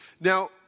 Now